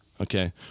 Okay